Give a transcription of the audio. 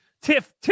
Tiff